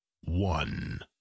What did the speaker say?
one